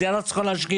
המדינה לא צריכה להשקיע,